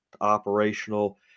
operational